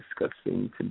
discussing